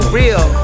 real